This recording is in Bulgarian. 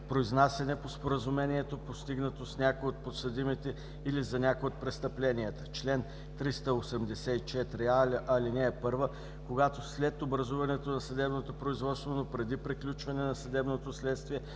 Произнасяне по споразумението, постигнато с някой от подсъдимите или за някое от престъпленията. Чл. 384а. (1) Когато след образуване на съдебното производство, но преди приключване на съдебното следствие,